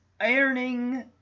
ironing